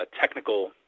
technical